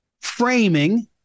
framing